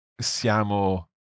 siamo